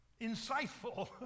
insightful